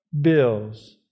Bills